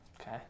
Okay